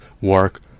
work